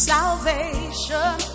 Salvation